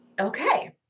okay